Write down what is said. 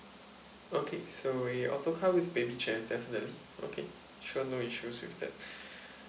okay so with auto car with baby chairs definitely okay sure no issues with that